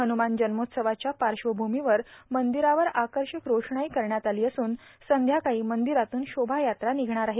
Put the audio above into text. हन्रमान जन्मोत्सवाच्या पार्श्वभूमीवर मंदिरावर आकर्षक रोषणाई केली असून संध्याकाळी मंदिरातूनच शोभायात्रा निघणार आहे